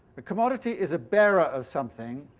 a commodity is a bearer of something.